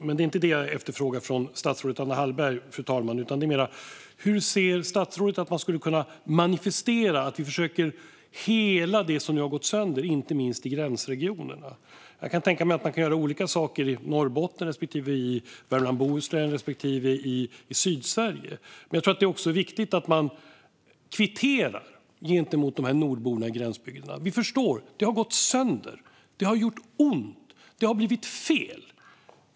Men det är inte det jag efterfrågar från statsrådet Anna Hallberg utan hur vi ska försöka manifestera helandet av det som har gått sönder, inte minst i gränsregionerna. Jag kan tänka mig att man kan göra olika saker i Norrbotten respektive i Värmland och Bohuslän respektive i Sydsverige. Jag tror att det är viktigt att man bekräftar nordborna i gränsbygderna och säger: Vi förstår er. Det har gått sönder, det har gjort ont och det har blivit fel.